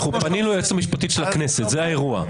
פנינו ליועצת המשפטית של הכנסת, זה האירוע.